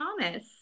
Thomas